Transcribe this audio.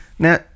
Now